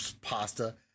pasta